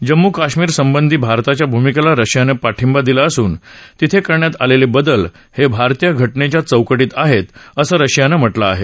जम्मू काश्मीरसंबंधी भारताच्या भुमिकेला रशियानं पाठिंबा दिला असून तिथे करण्यात आलेले बदल हे भारतीय घटनेच्या चौकटीत आहेत असं रशियानं म्हटलं आहे